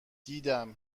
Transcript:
دیدم